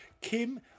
kim